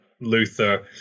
Luther